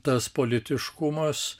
tas politiškumas